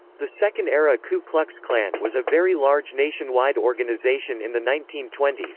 the second era ku klux klan was a very large nationwide organization in the nineteen twenty s,